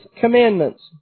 commandments